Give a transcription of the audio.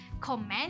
comment